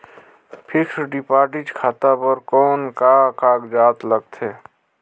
Fixed deposit खाता बर कौन का कागजात लगथे?